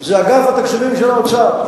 זה אגף התקציבים של האוצר.